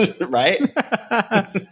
right